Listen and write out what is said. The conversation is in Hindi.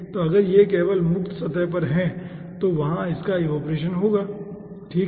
तो अगर यह केवल मुक्त सतह पर है तो वहां आपका इवेपोरेसन होगा ठीक है